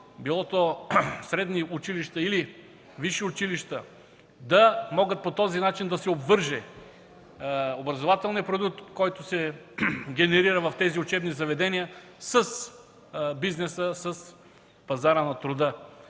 било то средни или висши училища, да може по този начин да се обвърже образователният продукт, който се генерира в тези учебни заведения, с бизнеса, с пазара на труда.